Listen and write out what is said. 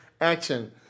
action